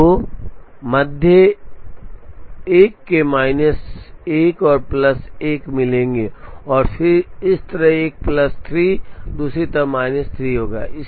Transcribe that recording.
तो दो मध्य 1 के माइनस 1 और प्लस 1 मिलेंगे और फिर इस तरफ एक प्लस 3 और दूसरी तरफ एक माइनस 3 होगा